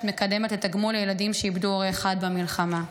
מקדמת לתגמול לילדים שאיבדו הורה אחד במלחמה.